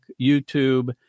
YouTube